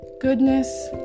goodness